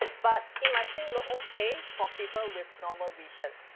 but it might still look okay for people with normal vision.